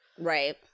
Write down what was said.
Right